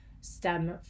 stem